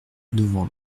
devant